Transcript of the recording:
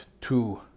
two